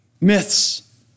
Myths